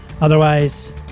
Otherwise